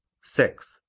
six.